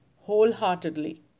wholeheartedly